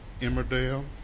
Emmerdale